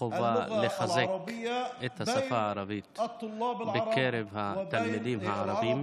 החובה לחזק את השפה הערבית בקרב התלמידים הערבים